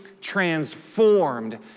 transformed